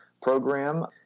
program